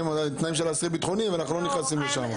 לתנאים של אסירים ביטחוניים ואנחנו לא נכנסים לשם.